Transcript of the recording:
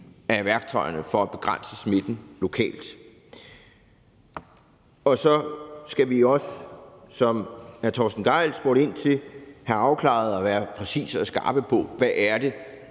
af værktøjerne for at begrænse smitten lokalt. Og så skal vi også, som hr. Torsten Gejl var inde på, have afklaret og være præcise og skarpe på, hvad det